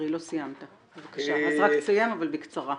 תסיים בקצרה.